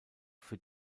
für